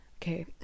Okay